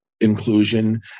inclusion